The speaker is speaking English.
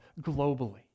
globally